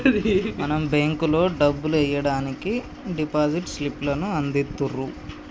మనం బేంకులో డబ్బులు ఎయ్యడానికి డిపాజిట్ స్లిప్ లను అందిత్తుర్రు